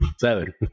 Seven